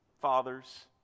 fathers